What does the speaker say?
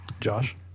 Josh